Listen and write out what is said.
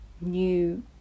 new